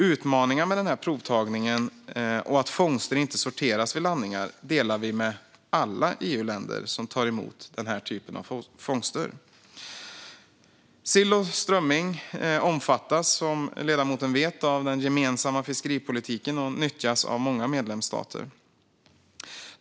Utmaningarna med denna provtagning och att fångster inte sorteras vid landningar delar vi med alla EU-länder som tar emot den typen av fångster. Sill och strömming omfattas som ledamoten vet av den gemensamma fiskeripolitiken och nyttjas av många medlemsstater.